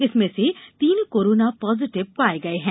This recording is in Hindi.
इनमें से तीन कोरोना पॉजीटिव पाये गये हैं